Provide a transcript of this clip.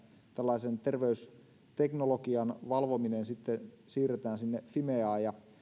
tällaisen terveysteknologian valvominen sitten siirretään sinne fimeaan